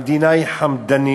המדינה היא חמדנית.